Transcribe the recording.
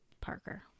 parker